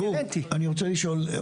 גור, אני רוצה לשאול.